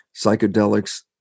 psychedelics